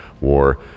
war